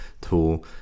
tool